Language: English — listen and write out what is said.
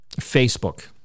Facebook